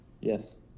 Yes